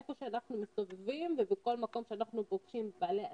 איפה שאנחנו מסתובבים ובכל מקום שאנחנו פוגשים את בעלי העסקים,